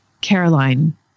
Caroline